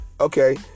Okay